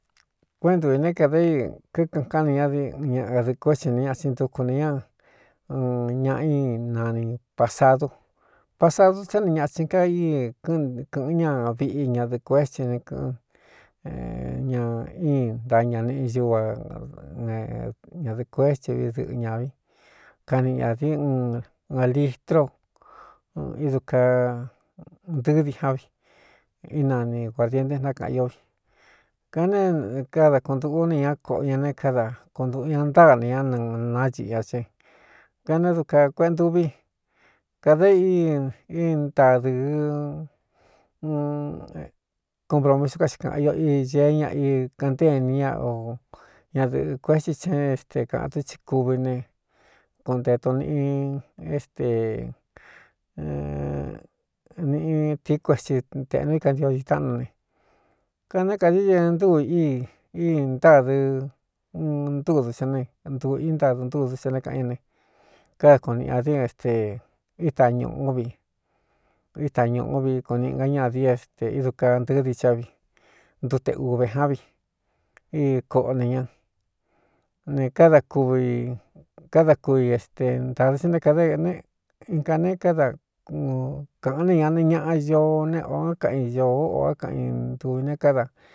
Kuéꞌentuvī né kada i kíkɨꞌɨn káꞌan ni ña di ñaadɨꞌɨkuétsi ne ñatin ndukun ne ña n ñaꞌa i nani pasadu pasadu tsá ne ñathin ka íi ɨkɨ̄ꞌɨn ña viꞌi ñadɨ̄ꞌɨ kuétsi n kɨ̄ꞌɨn ña í nta ñaniꞌi ñuva ñadɨ̄ꞌɨ kuétsɨ vi dɨꞌɨ ñāvi kani ñādi un ɨ litró idu ka ndɨ́ɨ́ dijan vi i nani guārdiente ntákāꞌan io vi kan néé kada kuꞌntūꞌu ne ña koꞌo ña ne káda kuntuꞌu ña ntáa ne ñá nɨ náñiꞌi ña ce kané du ka kueꞌe ntuvi kāda i í í ntadɨ̄ɨ un konpromisu ká xi kāꞌan io i ñee ñaꞌ i kɨ̄ꞌɨn nté ni ña o ñadɨꞌɨ̄ kuetsí cha éste kāꞌan tú tsí kuvi ne kuꞌnte tu niꞌn éste niꞌn tīí kuetsi tēꞌnu í kantioxi táꞌnu ne kané kadɨ ña ntúu íi í ntádɨɨ uu ntúdu sá ne ntuu i ntadɨ ntúdɨ́ sa né kāꞌan ñá ne káda kuꞌun niꞌi ña di ste íta ñūꞌú vi ítañūꞌu vi kuniꞌnga ñadi éste idu ka ntɨ̄ɨ́ dií chá vi ntute ūve ján vi í koꞌo ne ñá ne káda kuvi káda ku i este ntadɨ sa né kāda ꞌne in ka ne káda kāꞌan ne ña ne ñaꞌa īoo ne ō án kaꞌan iñoo ō ó kaꞌan i ntuvī ne káda.